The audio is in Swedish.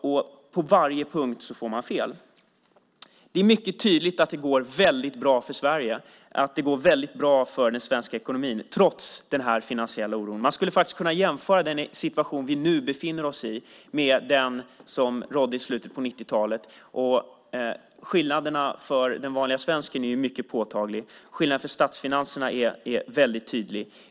På varje punkt får man fel. Det är mycket tydligt att det går väldigt bra för Sverige och att det går väldigt bra för den svenska ekonomin trots den finansiella oron. Man skulle faktiskt kunna jämföra den situation vi nu befinner oss i med den som rådde i slutet på 90-talet. Skillnaderna för den vanliga svensken är mycket påtagliga. Skillnaderna för statsfinanserna är väldigt tydliga.